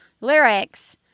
lyrics